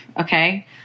okay